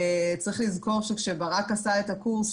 צריך לזכור שכשברק עשה את הקורס,